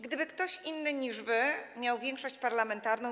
Gdyby ktoś inny niż wy miał większość parlamentarną.